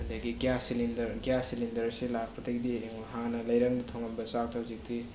ꯑꯗꯒꯤ gas cylinder gas cylinder ꯑꯁꯤ ꯂꯥꯛꯄꯗꯒꯤꯗꯤ ꯌꯦꯡꯉꯣ ꯍꯥꯟꯅ ꯂꯩꯔꯪꯗ ꯊꯣꯡꯉꯝꯕ ꯆꯥꯛꯇꯣ ꯍꯧꯖꯤꯛꯇꯤ